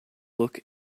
look